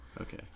okay